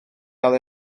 cael